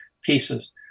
pieces